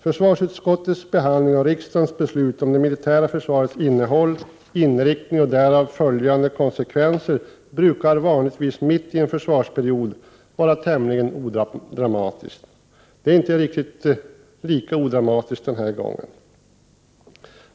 Försvarsutskottets behandling och riksdagens beslut om det militära försvarets innehåll, inriktning och därav följande konsekvenser brukar vanligtvis mitt i en försvarsperiod vara någonting tämligen odramatiskt. Det är inte riktigt lika odramatiskt den här gången.